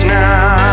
now